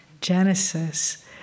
Genesis